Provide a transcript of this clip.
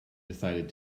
decided